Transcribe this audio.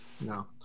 No